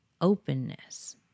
openness